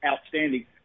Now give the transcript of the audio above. outstanding